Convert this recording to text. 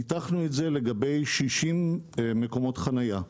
ניתחנו את זה לגבי 60 מקומות חניה.